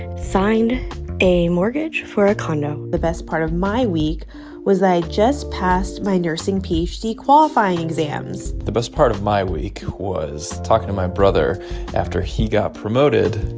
signed a mortgage for a condo the best part of my week was i just passed my nursing ph d. qualifying exams the best part of my week was talking to my brother after he got promoted,